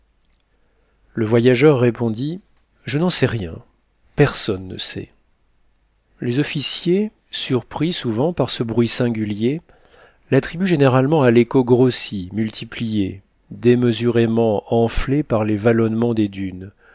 le voyageur répondit je n'en sais rien personne ne sait les officiers surpris souvent par ce bruit singulier l'attribuent généralement à l'écho grossi multiplié démesurément enflé par les valonnements des dunes